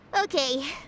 Okay